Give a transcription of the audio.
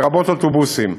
לרבות אוטובוסים.